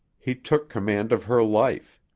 he took command of her life.